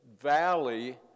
valley